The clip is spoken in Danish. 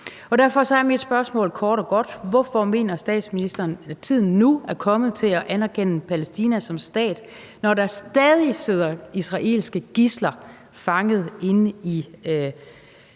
Derfor er mit spørgsmål kort og godt: Hvorfor mener statsministeren, at tiden nu er kommet til at anerkende Palæstina som stat, når der stadig sidder israelske gidsler fanget inde i